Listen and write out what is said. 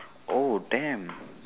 oh damn